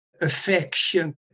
affection